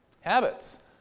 habits